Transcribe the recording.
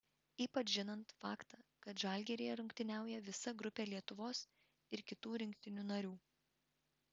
ypač žinant faktą kad žalgiryje rungtyniauja visa grupė lietuvos ir kitų rinktinių narių